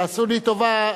תעשו לי טובה,